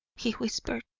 he whispered.